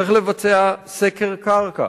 צריך לבצע סקר קרקע